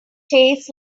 tastes